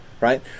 Right